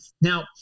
Now